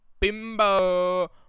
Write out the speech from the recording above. bimbo